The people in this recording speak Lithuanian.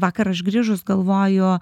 vakar aš grįžus galvoju